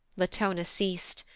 latona ceas'd,